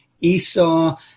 Esau